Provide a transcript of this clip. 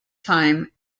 time